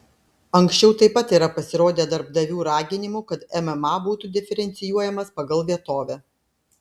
anksčiau taip pat yra pasirodę darbdavių raginimų kad mma būtų diferencijuojamas pagal vietovę